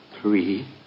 Three